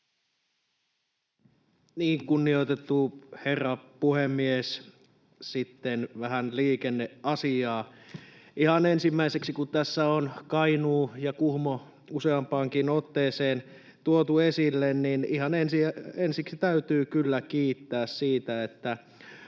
Kunnioitettu herra puhemies! Sitten vähän liikenneasiaa. Ihan ensimmäiseksi, kun tässä on Kainuu ja Kuhmo useampaankin otteeseen tuotu esille, täytyy kyllä kiittää siitä, että